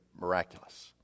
miraculous